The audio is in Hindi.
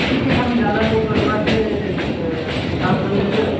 ठीक है हम ज़्यादा लोग लगवा के काम कर लेंगे